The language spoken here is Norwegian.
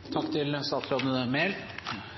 vil nå, i henhold til